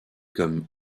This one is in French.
comme